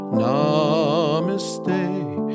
namaste